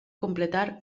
completar